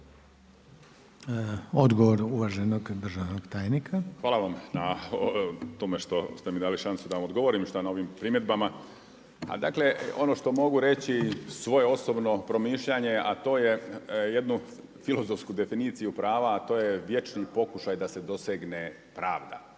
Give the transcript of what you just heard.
Juro (Promijenimo Hrvatsku)** Hvala vam na tome što ste mi dali šansu da vam odgovorim na ovim primjedbama. Dakle, ono što mogu reći svoje osobno promišljanje a to je jednu filozofsku definiciju prava a to je vječni pokušaj da se dosegne pravda.